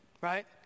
Right